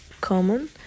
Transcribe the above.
common